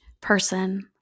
person